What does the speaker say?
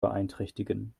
beeinträchtigen